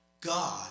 God